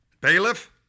Bailiff